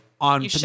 on